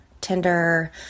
Tinder